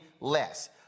less